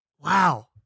wow